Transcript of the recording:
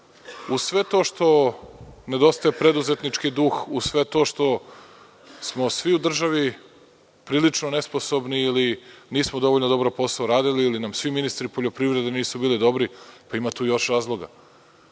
Uz sve to što nedostaje, preduzetnički duh, uz sve to što smo svi u državi prilično nesposobni ili nismo dovoljno dobro uradili posao, ili nam svi ministri poljoprivrede nisu bili dobri, tu ima još razloga.